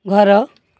ଘର